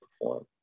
perform